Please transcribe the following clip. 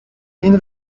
این